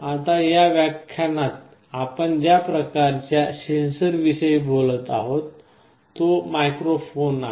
आता या व्याख्यानात आपण ज्या प्रकारच्या सेन्सरविषयी बोलत आहोत तो मायक्रो फोन आहे